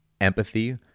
empathy